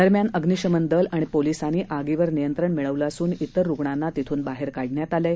दरम्यान अग्निशमन दल आणि पोलिसांनी आगीवर नियंत्रण मिळवलं असून तिर रुग्णांना तिथून बाहेर काढण्यात आलं आहे